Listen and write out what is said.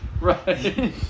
Right